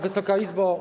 Wysoka Izbo!